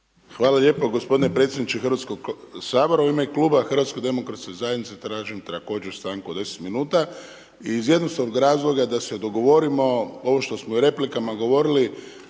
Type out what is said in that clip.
Hvala lijepa gospodine predsjedniče Hrvatskoga sabora. U ime kluba HDZ-a tražim također stanku od 10 minuta iz jednostavnog razloga da se dogovorimo, ovo što smo i u replikama govorili